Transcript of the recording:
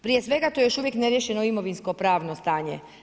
Prije svega to je još uvijek neriješeno imovinsko pravo stanje.